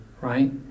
right